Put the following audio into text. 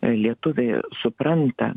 lietuviai supranta